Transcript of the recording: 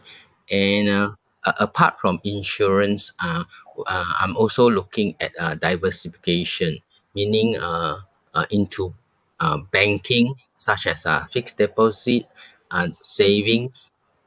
and uh a~ apart from insurance uh uh I'm also looking at uh diversification meaning uh uh into uh banking such as uh fixed deposit uh savings